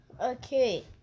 Okay